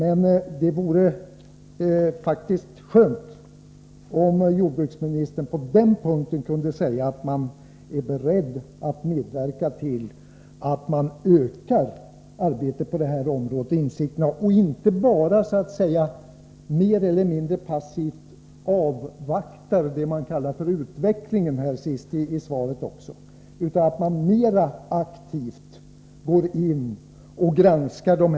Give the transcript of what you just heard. Ändå vore det bra om jordbruksministern på den punkten kunde säga att man är beredd att medverka till att arbetet på detta område ökar. Därmed får man ju bättre insikt i dessa frågor. Det går inte att bara mer eller mindre passivt, som sägs i slutet av svaret, avvakta utvecklingen. Man måste mera aktivt än hittills tränga in i dessa frågor och granska dem.